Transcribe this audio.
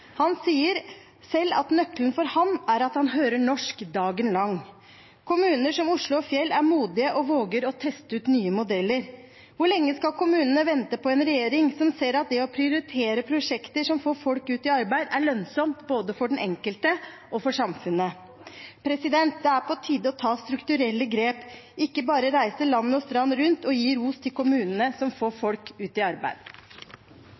Han sier selv at nøkkelen for ham er at han hører norsk dagen lang. Kommuner som Oslo og Fjell er modige og våger å teste ut nye modeller. Hvor lenge skal kommunene vente på en regjering som ser at det å prioritere prosjekter som får folk ut i arbeid, er lønnsomt både for den enkelte og for samfunnet? Det er på tide å ta strukturelle grep, ikke bare reise land og strand rundt og gi ros til kommunene som får folk ut i arbeid.